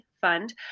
fund